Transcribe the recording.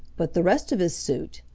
but the rest of his suit,